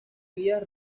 vías